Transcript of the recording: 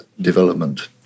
development